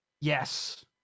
Yes